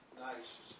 nice